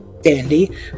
dandy